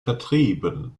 vertrieben